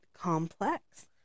complex